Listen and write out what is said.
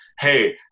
Hey